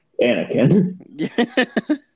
Anakin